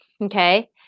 Okay